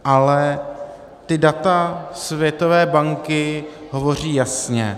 Ale ta data Světové banky hovoří jasně.